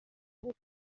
متفکر